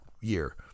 year